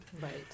Right